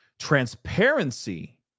Transparency